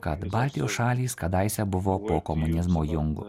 kad baltijos šalys kadaise buvo po komunizmo jungo